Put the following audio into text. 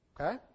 Okay